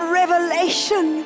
revelation